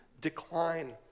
decline